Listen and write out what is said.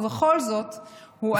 ובכל זאת הוא עלה.